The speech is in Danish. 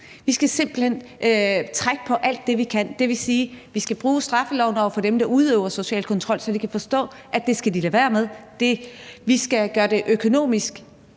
hen trække på alt det, vi kan. Det vil sige, at vi skal bruge straffeloven over for dem, der udøver social kontrol, så de kan forstå, at det skal de lade være med. Vi skal gøre det økonomiske